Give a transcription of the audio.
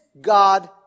God